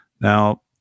Now